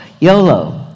YOLO